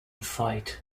fight